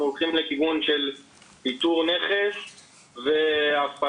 הולכים לכיוון של איתור נכס והפעלה,